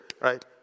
right